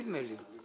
נדמה לי.